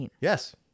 Yes